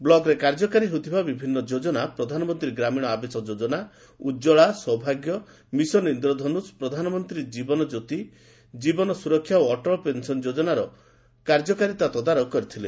ବ୍ଲକରେ କାର୍ଯ୍ୟକାରୀ ହେଉଥିବା ବିଭିନ୍ନଯୋଜନା ପ୍ରଧାନମନ୍ତୀ ଗ୍ରାମୀଶ ଆବାସ ଉଜ୍ ସୌଭାଗ୍ୟ ମିଶନ ଇନ୍ଦ୍ରଧନୁଷ ପ୍ରଧାନମନ୍ତୀ ଜୀବନଜ୍ୟୋତି ଜୀବନ ସୁରକ୍ଷା ଓ ଅଟଳ ପେନସନ ଯୋଜନାର କାର୍ଯ୍ୟ ତଦାରଖ କରିଥିଲେ